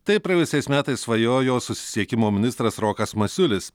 taip praėjusiais metais svajojo susisiekimo ministras rokas masiulis